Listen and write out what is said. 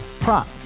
Prop